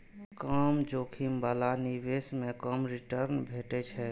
कम जोखिम बला निवेश मे कम रिटर्न भेटै छै